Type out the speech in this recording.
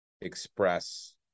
express